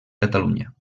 catalunya